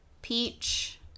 peach